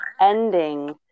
ending